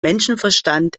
menschenverstand